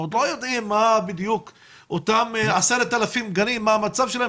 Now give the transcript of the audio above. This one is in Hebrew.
אנחנו עוד לא יודעים מה בדיוק אותם 10,000 גנים מה המצב שלהם,